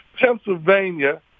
Pennsylvania